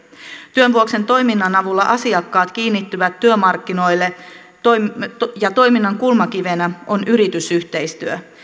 työn vuoksen toiminnan avulla asiakkaat kiinnittyvät työmarkkinoille ja toiminnan kulmakivenä on yritysyhteistyö